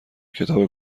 کتاب